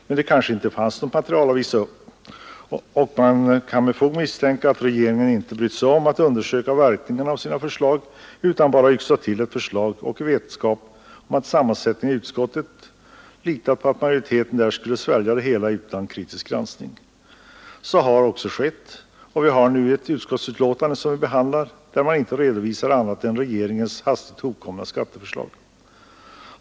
Men det kanske inte fanns något material att visa upp, och man kan med fog misstänka att regeringen inte brytt sig om att undersöka verkningarna av sina förslag utan bara yxat till ett förslag och i vetskap om sammansättningen i utskottet litat på att majoriteten där skulle svälja det hela utan kritisk granskning. Så har också skett, och vi behandlar nu ett utskottsbetänkande, där man inte redovisar annat än regeringens hastigt hopkomna skatteförslag.